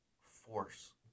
force